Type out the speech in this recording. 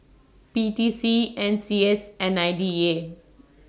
P T C N C S and I D A